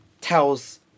tells